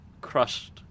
crushed